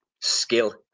skill